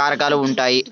కారకాలు ఉంటాయి